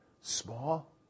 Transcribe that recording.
small